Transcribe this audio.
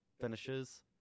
finishes